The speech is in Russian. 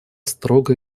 строго